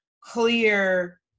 clear